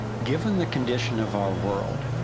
given the condition of our world,